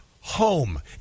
home